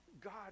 God